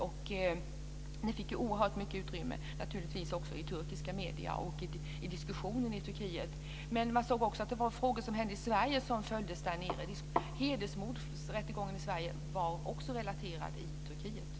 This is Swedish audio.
Det fick oerhört mycket utrymme också i turkiska medier och i diskussionen i Turkiet. Men man såg också att frågor i Sverige följdes där nere. Hedersmordsrättegången i Sverige relaterades också i